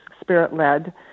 spirit-led